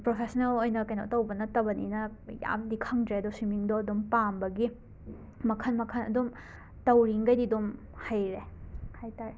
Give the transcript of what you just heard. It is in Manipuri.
ꯄ꯭ꯔꯣꯐꯦꯁꯅꯦꯜ ꯑꯣꯏꯅ ꯀꯩꯅꯣ ꯇꯧꯕ ꯅꯠꯇꯕꯅꯤꯅ ꯌꯥꯝꯅꯗꯤ ꯈꯪꯗꯔꯦ ꯑꯗꯣ ꯁ꯭ꯋꯤꯃꯤꯡꯗꯣ ꯑꯗꯨꯝ ꯄꯥꯝꯕꯒꯤ ꯃꯈꯜ ꯃꯈꯜ ꯑꯗꯨꯝ ꯇꯧꯔꯤꯉꯩꯗꯤ ꯑꯗꯨꯝ ꯍꯩꯔꯦ ꯍꯥꯏ ꯇꯥꯔꯦ